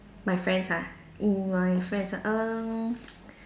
my friends ah err my friends ah um